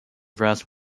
rest